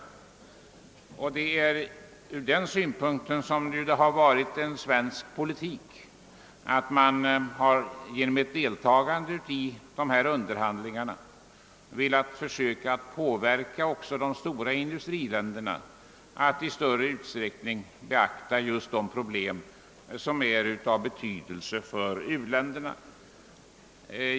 Därför har vår politik just inneburit att vi försöker genom deltagande i dessa underhandlingar påverka också de stora industriländerna att i större utsträckning beakta de problem som är av betydelse för u-länderna.